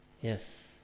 Yes